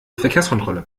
verkehrskontrolle